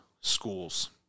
schools